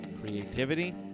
creativity